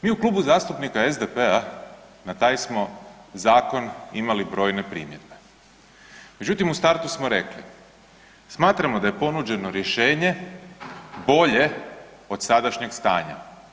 Mi u Klubu zastupnika SDP-a na taj smo zakon imali brojne primjedbe, međutim u startu smo rekli smatramo da je ponuđeno rješenje bolje od sadašnjeg stanja.